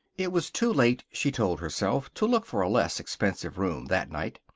it was too late, she told herself, to look for a less expensive room that night.